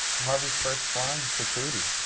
harvey's first line to prudy.